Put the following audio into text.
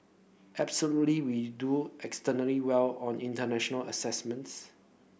absolutely we do extremely well on international assessments